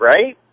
Right